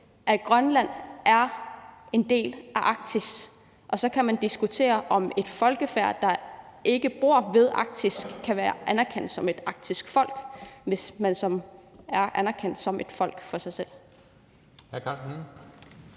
at Grønland er en del af Arktis. Og så kan man diskutere, om et folkefærd, der ikke bor ved Arktis, kan være anerkendt som et arktisk folk, altså om man er anerkendt som et folk for sig selv.